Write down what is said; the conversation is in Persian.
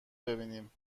ببینیم